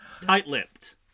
tight-lipped